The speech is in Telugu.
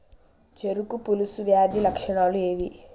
చెరుకు పొలుసు వ్యాధి లక్షణాలు ఏవి?